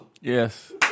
Yes